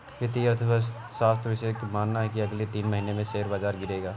वित्तीय अर्थशास्त्र विशेषज्ञों का मानना है की अगले तीन महीने में शेयर बाजार गिरेगा